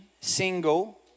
single